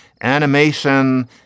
animation